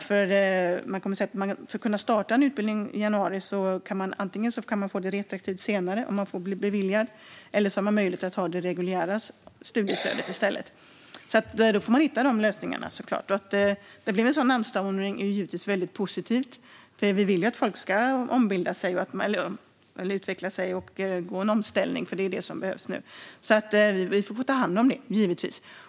För att kunna starta en utbildning i januari kan man antingen få det utbetalat retroaktivt, om man blir beviljad, eller har man möjlighet att ta det reguljära studiestödet i stället. Man får såklart hitta de lösningarna. Att det blev en sådan anstormning är givetvis väldigt positivt. Vi vill ju att folk ska utveckla sig och göra en omställning; det är vad som behövs nu. Vi får ta hand om det, givetvis.